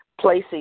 placing